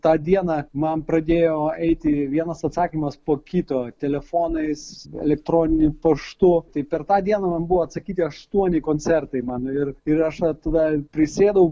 tą dieną man pradėjo eiti vienas atsakymas po kito telefonais elektroniniu paštu tai per tą dieną man buvo atsakyti aštuoni koncertai mano ir ir aš tada prisėdau